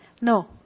No